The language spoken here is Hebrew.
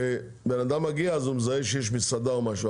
שכשבן אדם מגיע אז הוא מזהה שיש מסעדה או משהו,